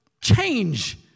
change